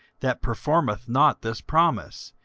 that performeth not this promise,